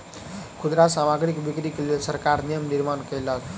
खुदरा सामग्रीक बिक्रीक लेल सरकार नियम निर्माण कयलक